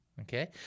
okay